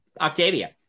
Octavia